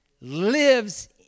lives